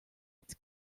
its